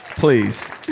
Please